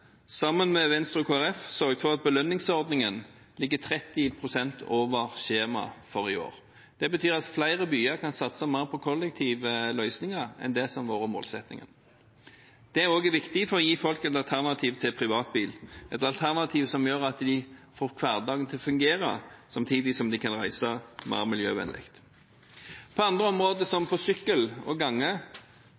sammen med Venstre og Kristelig Folkeparti, sørget for at belønningsordningen ligger 30 pst. over skjemaet for i år. Det betyr at flere byer kan satse mer på kollektive løsninger enn det som har vært målsettingen. Det er også viktig for å gi folk et alternativ til privatbil, et alternativ som gjør at de får hverdagen til å fungere samtidig som de kan reise mer miljøvennlig. På andre områder, som på sykkel og gange,